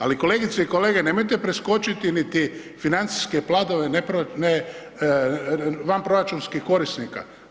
Ali, kolegice i kolege, nemojte preskočiti niti financijske planove vanproračunskih korisnika.